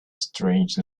strange